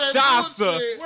Shasta